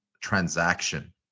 transaction